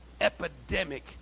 epidemic